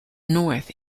north